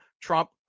Trump